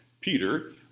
Peter